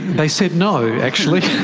they said no, actually. i